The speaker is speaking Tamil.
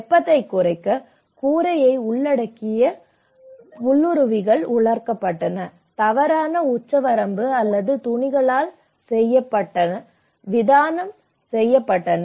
வெப்பத்தை குறைக்க கூரையை உள்ளடக்கிய புல்லுருவிகள் வளர்க்கப்பட்டன தவறான உச்சவரம்பு அல்லது துணிகளால் செய்யப்பட்ட விதானம் செய்யப்பட்டன